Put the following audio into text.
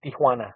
Tijuana